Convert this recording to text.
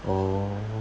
oh